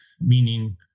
meaning